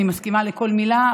אני מסכימה לכל מילה,